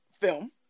film